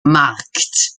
markt